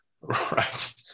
Right